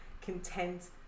content